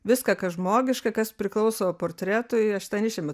viską kas žmogiška kas priklauso portretui aš ten išimu